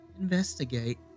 investigate